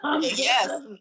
Yes